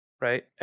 Right